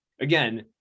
again